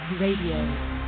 Radio